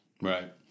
Right